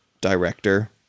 director